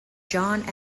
john